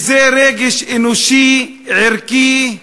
כי זה רגש אנושי, ערכי,